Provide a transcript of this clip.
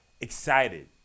excited